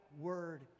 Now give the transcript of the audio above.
word